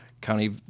county